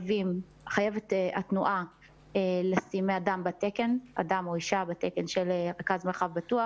חייבת התנועה לשים אדם או אישה בתקן של רכז מרחב בטוח.